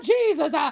Jesus